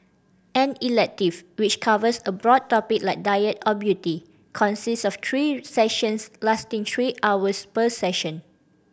an elective which covers a broad topic like diet or beauty consists of three sessions lasting three hours per session